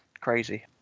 crazy